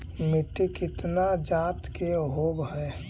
मिट्टी कितना जात के होब हय?